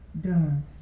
done